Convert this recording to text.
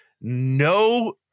no